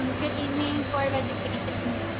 um good evening, board of education,